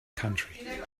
country